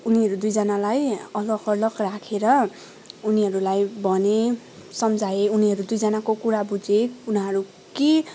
उनीहरू दुईजनालाई अलग अलग राखेर उनीहरूलाई भनेँ सम्झाएँ उनीहरू दुईजनाको कुरा बुझेँ उनीहरू के